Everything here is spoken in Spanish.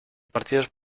partidos